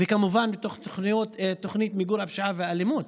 וכמובן בתוך תוכנית מיגור הפשע והאלימות.